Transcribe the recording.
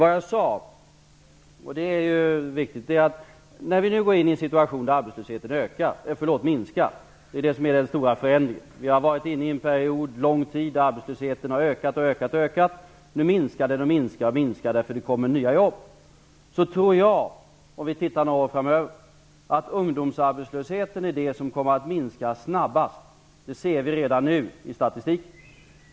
Vad jag sagt, och detta är viktigt, är att när vi nu går in i en situation där arbetslösheten minskar -- det är detta som är den stora förändringen, för vi har ju under lång tid varit inne i en period då arbetslösheten har ökat, ökat och ökat men nu minskar, minskar och minskar den därför att det kommer nya jobb -- tror jag, om vi ser några år framåt, att ungdomsarbetslösheten är det som kommer att minska snabbast. Det ser vi redan nu i statistiken.